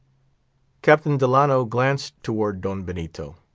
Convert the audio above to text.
captain delano glanced towards don benito.